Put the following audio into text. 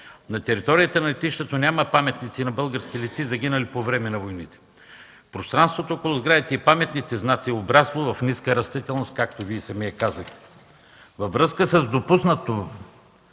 На територията на летището няма паметници на български летци, загинали по време на войните. Пространството около сградите и паметните знаци е обрасло с ниска растителност, както Вие самия казахте. Във връзка с решение